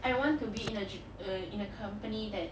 I want to be in a in a company that